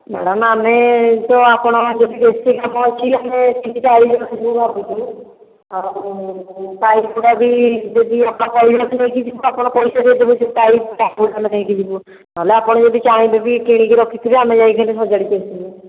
madam ଆମେ ତ ଆପଣ ଯଦି ବେଶୀ କାମ ଅଛି ଆମେ ତିନି ଚାରି ଜଣ ଯିବୁ ଭାବୁଛୁ ଆଉ ପାଇପ୍ଗୁଡ଼ା ବି ଯଦି ଆପଣ କହିବେ ଆମେ ନେଇକି ଯିବୁ ଆପଣ ପଇସା ଦେଇଦେବେ ସେ ପାଇପ୍ ନେଇକି ଯିବୁ ନ ହେଲେ ଆପଣ ଯଦି ଚାହିଁବେ ବି କିଣିକି ରଖିଥିବେ ବି ଆମେ ଯାଇକିରି ସଜାଡ଼ିକି ଆସିବୁ